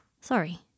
Sorry